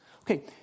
Okay